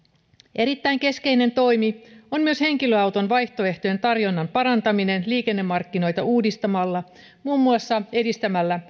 erittäin keskeinen toimi on myös henkilöauton vaihtoehtojen tarjonnan parantaminen liikennemarkkinoita uudistamalla muun muassa edistämällä